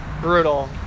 Brutal